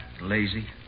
lazy